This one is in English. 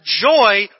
joy